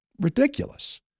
ridiculous